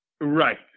Right